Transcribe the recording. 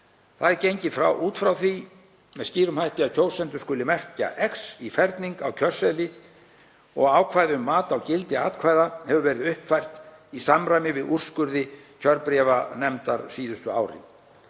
Það er gengið út frá því með skýrum hætti að kjósendur skuli merkja X í ferning á kjörseðli og ákvæði um mat á gildi atkvæða hefur verið uppfært í samræmi við úrskurði kjörbréfanefndar síðustu árin.